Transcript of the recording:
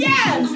Yes